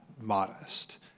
modest